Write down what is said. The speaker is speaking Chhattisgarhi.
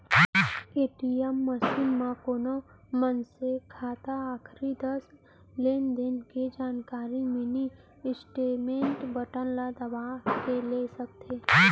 ए.टी.एम मसीन म कोन मनसे खाता आखरी दस लेनदेन के जानकारी मिनी स्टेटमेंट बटन दबा के ले सकथे